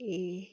ए